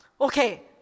Okay